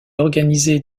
organiser